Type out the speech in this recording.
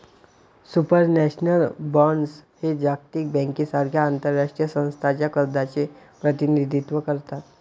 supranational bonds हे जागतिक बँकेसारख्या आंतरराष्ट्रीय संस्थांच्या कर्जाचे प्रतिनिधित्व करतात